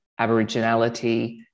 aboriginality